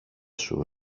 σου